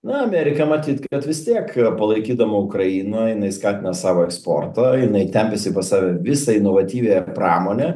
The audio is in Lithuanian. na amerika matyt kad vis tiek palaikydama ukrainą jinai skatina savo eksportą jinai tempiasi pas save visą inovatyviąją pramonę